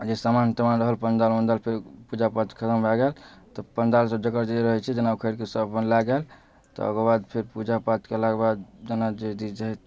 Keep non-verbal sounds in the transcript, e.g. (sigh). जे सामान तमान रहल पण्डाल ऊण्डाल फेर पूजा पाठ खतम भए गेल तऽ पण्डाल सब जकर जे रहै छै जेना ऊखैर कऽ सब अपन लए गेल तऽ ओकर बाद फेर पूजा पाठ केला के बाद जेना जे (unintelligible)